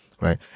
right